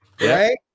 Right